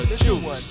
juice